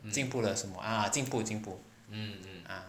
进步了什么啊进步进步 ah